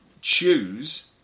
choose